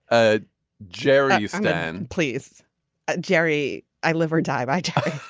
ah jerry you stand please jerry i live or die. i die.